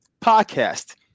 podcast